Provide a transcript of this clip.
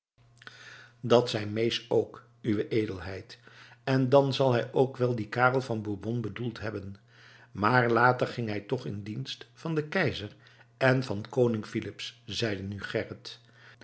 dat zei mees ook uwe edelheid en dan zal hij ook wel dien karel van bourbon bedoeld hebben maar later ging hij toch in dienst van den keizer en van koning filips zeide nu gerrit